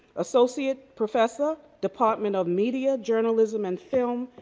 associate professor, department of media journalism and film,